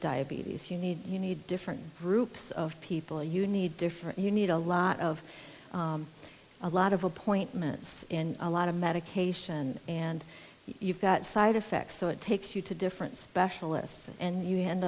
diabetes you need you need different groups of people you need different you need a lot of a lot of appointments and a lot of medication and you've got side effects so it takes you to difference bashfulness and you